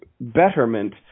betterment